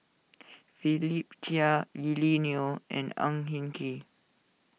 Philip Chia Lily Neo and Ang Hin Kee